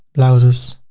blouses,